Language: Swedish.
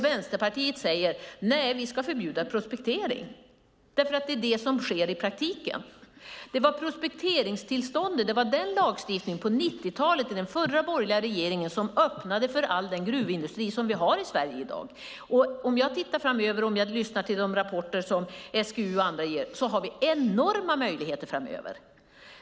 Vänsterpartiet säger att prospektering ska förbjudas. Det är det som sker i praktiken. Det var prospekteringstillståndet och den lagstiftning som infördes på 90-talet under den förra borgerliga regeringen som öppnade för all den gruvindustri vi har i Sverige i dag. Jag tittar framåt och lyssnar till de rapporter som SGU och andra ger. Vi har enorma möjligheter framöver!